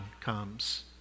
comes